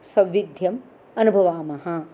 सौविध्यम् अनुभवामः